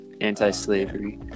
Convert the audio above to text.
anti-slavery